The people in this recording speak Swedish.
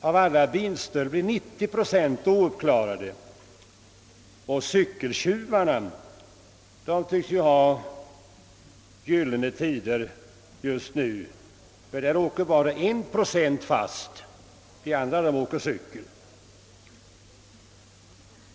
Av alla bilstölder blir 90 procent ouppklarade. Cykeltjuvarna tycks ha gyllene tider just nu, ty bara en procent åker fast, de andra åker cykel.